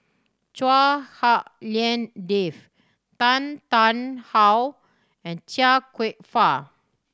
Chua Hak Lien Dave Tan Tarn How and Chia Kwek Fah